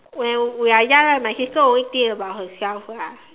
when we are young right my sister always think about herself lah